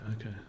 okay